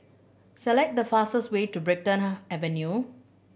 select the fastest way to Brighton Avenue